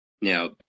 now